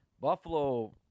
Buffalo